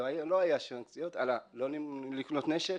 זה לא לקנות נשק,